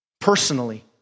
personally